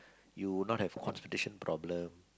you will not have constipation problem